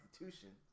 Constitution